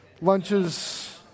lunches